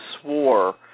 swore